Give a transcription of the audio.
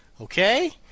Okay